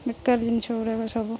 ବେକାର ଜିନିଷ ଗୁଡ଼ାକ ସବୁ